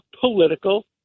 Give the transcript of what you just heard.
political